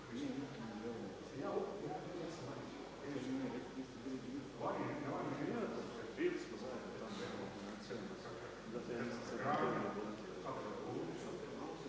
Hvala vam